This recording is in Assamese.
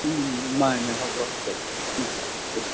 উম নাই নাই হ'ব দিয়ক ওঁ ঠিক আছে